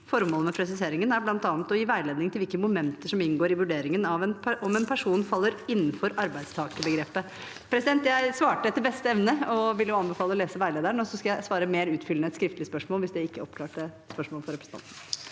Formålet med presiseringen er bl.a. å gi veiledning til hvilke momenter som inngår i vurderingen av om en person faller innenfor arbeidstakerbegrepet. Jeg svarte etter beste evne og vil anbefale å lese veilederen, og så skal jeg svare mer utfyllende på et skriftlig spørsmål hvis dette ikke oppklarte spørsmålet til representanten.